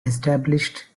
established